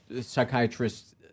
psychiatrists